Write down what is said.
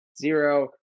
zero